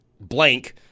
blank